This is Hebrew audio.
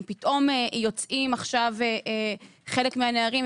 אם פתאום יוצאים עכשיו חלק מהנערים,